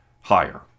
higher